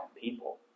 people